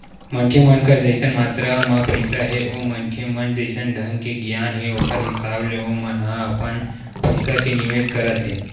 मनखे मन कर जइसन मातरा म पइसा हे ओ मनखे म जइसन ढंग के गियान हे ओखर हिसाब ले ओमन ह अपन पइसा के निवेस करत हे